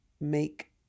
make